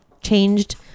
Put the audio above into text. changed